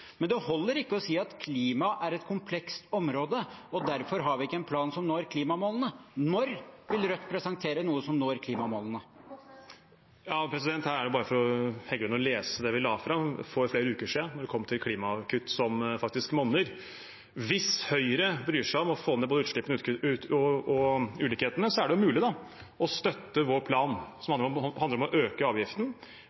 det Bjørnar Moxnes sier, er ikke sant. Det holder ikke å si at klima er et komplekst område, og derfor har vi ikke en plan som når klimamålene. Når vil Rødt presentere noe som når klimamålene? Her er det bare for Stefan Heggelund å lese det vi la fram for flere uker siden når det gjelder klimakutt som faktisk monner. Hvis Høyre bryr seg om å få ned både utslippene og ulikhetene, er det mulig å støtte vår plan som